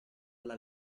alla